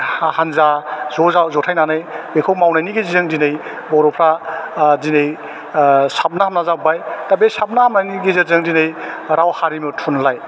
हान्जा ज' जा जथाइनानै बेखौ मावनायनि गेजेरजों दिनै बर'फ्रा दिनै साबना हामना जाबोबाय दा बे साबना हामनानि गेजेरजों दिनै राव हारिमु थुनलाइ